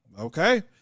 Okay